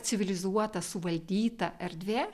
civilizuota suvaldyta erdvė